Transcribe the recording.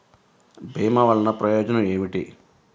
భీమ వల్లన ప్రయోజనం ఏమిటి?